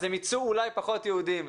אז הם יצאו אולי פחות יהודים,